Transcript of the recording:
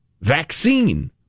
vaccine